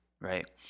right